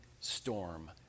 storm